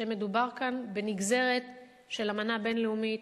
שמדובר כאן בנגזרת של אמנה בין-לאומית,